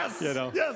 Yes